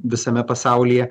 visame pasaulyje